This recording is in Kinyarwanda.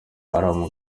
haram